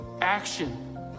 action